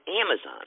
Amazon